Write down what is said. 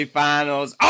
finals